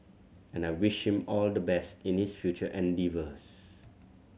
and I wish him all the best in his future endeavours